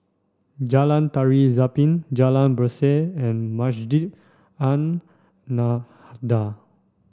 Jalan Tari Zapin Jalan Berseh and Masjid An